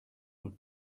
would